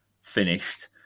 finished